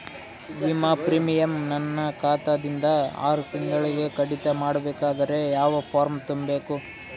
ವಿಮಾ ಪ್ರೀಮಿಯಂ ನನ್ನ ಖಾತಾ ದಿಂದ ಆರು ತಿಂಗಳಗೆ ಕಡಿತ ಮಾಡಬೇಕಾದರೆ ಯಾವ ಫಾರಂ ತುಂಬಬೇಕು?